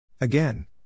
Again